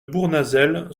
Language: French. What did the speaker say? bournazel